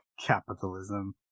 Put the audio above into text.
capitalism